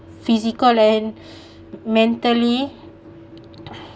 physical and mentally